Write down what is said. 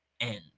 end